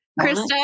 krista